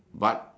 but